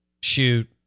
shoot